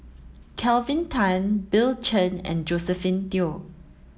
Kelvin Tan Bill Chen and Josephine Teo